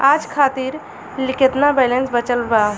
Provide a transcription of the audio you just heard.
आज खातिर केतना बैलैंस बचल बा?